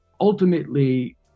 ultimately